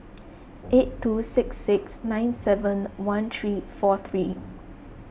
eight two six six nine seven one three four three